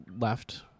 left